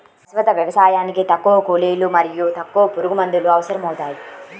శాశ్వత వ్యవసాయానికి తక్కువ కూలీలు మరియు తక్కువ పురుగుమందులు అవసరమవుతాయి